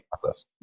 process